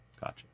gotcha